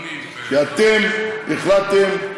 כי אתם החלטתם.